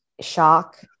shock